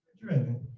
driven